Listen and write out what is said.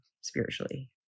spiritually